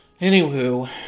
Anywho